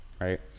right